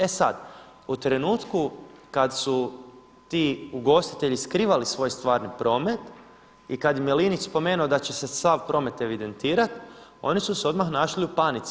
E sad u trenutku kad su ti ugostitelji skrivali svoj stvarni promet i kad im je Linić spomenuo da će se sav promet evidentirati oni su se odmah našli u panici.